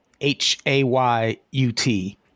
H-A-Y-U-T